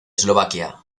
eslovaquia